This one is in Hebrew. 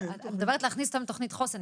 את מדברת על להכניס אותם לתוכנית חוסן,